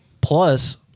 Plus